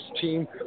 team